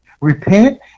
Repent